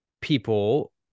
People